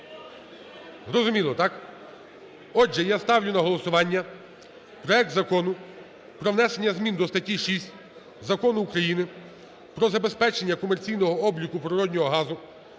Зрозуміло? Так. Отже, я ставлю на голосування проект Закону про внесення змін до статті 6 Закону України "Про забезпечення комерційного обліку природнього газу"